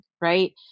Right